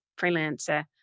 freelancer